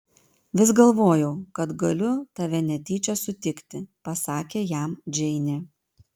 vis galvojau kad galiu tave netyčia sutikti pasakė jam džeinė